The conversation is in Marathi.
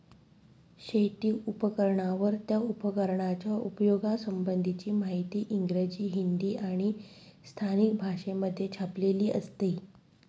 शेती उपकरणांवर, त्या उपकरणाच्या उपयोगा संबंधीची माहिती इंग्रजी, हिंदी आणि स्थानिक भाषेमध्ये छापलेली असते